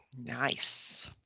Nice